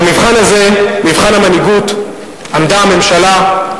במבחן הזה, מבחן המנהיגות, עמדה הממשלה,